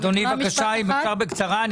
אדוני, בבקשה, אם אפשר בקצרה.